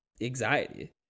anxiety